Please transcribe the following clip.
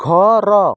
ଘର